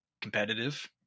competitive